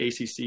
ACC